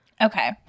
Okay